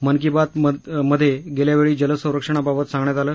मन की बातमध्ये गेल्यावेळी जल संरक्षणाबाबत सांगण्यात आले